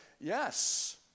Yes